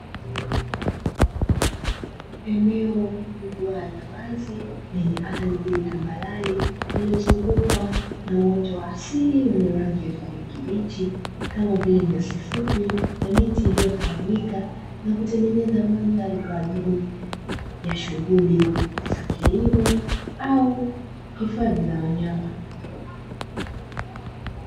Eneo kubwa la wazi lenye ardhi tambarare, lililozungukwa na uoto wa asili wenye rangi ya kijani kibichi, kama vile nyasi fupi na miti iliyotawanyika na kutengeneza mandhari kwa ajili ya shughuli za kilimo au hifadhi za wanyama.